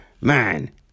Man